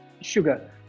sugar